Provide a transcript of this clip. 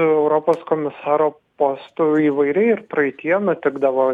europos komisaro posto įvairiai ir praeityje nutikdavo